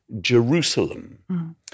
Jerusalem